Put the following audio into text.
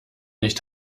nicht